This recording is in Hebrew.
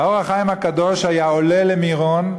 "אור החיים" הקדוש היה עולה למירון,